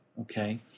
okay